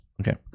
Okay